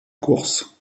course